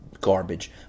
garbage